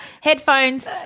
Headphones